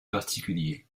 particuliers